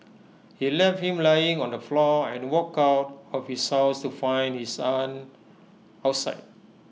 he left him lying on the floor and walked out of his house to find his aunt outside